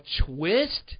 twist